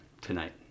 tonight